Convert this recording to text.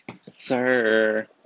sir